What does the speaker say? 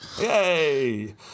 Yay